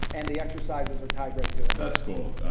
and the exercises are tied right to it that's cool.